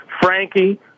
Frankie